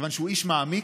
כיוון שהוא איש מעמיק,